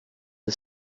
the